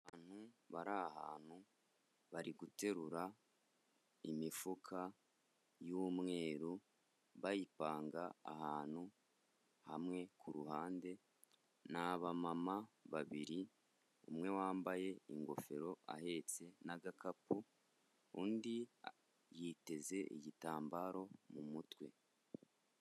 Abantu bari ahantu bari guterura imifuka y'umweru bayipanga ahantu hamwe ku ruhande, ni abamama babiri, umwe wambaye ingofero ahetse n'agakapu, undi yiteze igitambaro mu mutwe.